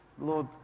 Lord